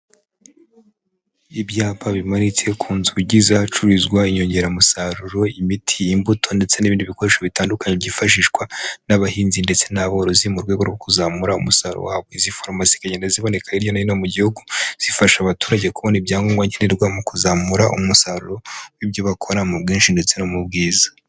Ibyapa bimanitse ku nzugi z'ahacururizwa inyongeramusaruro, imiti, imbuto, ndetse n'ibindi bikoresho bitandukanye, byifashishwa n'abahinzi ndetse n'aborozi, mu rwego rwo kuzamura umusaruro wabo, izi farumasi zikagenda ziboneka hirya no hino mu gihugu, zifasha abaturage kubona ibyangombwa nkenerwa, mu kuzamura umusaruro w'ibyo bakora, mu bwinshi ndetse no mu bwiza.